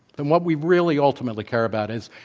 and what we really ultimately care about is,